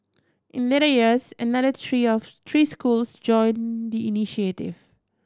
in later years another three schools joined the initiative